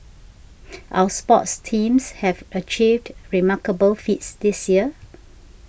our sports teams have achieved remarkable feats this year